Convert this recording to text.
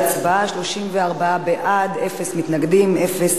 ההצעה להעביר את הצעת חוק פיצוי נפגעי פוליו (תיקון,